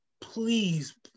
please